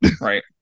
right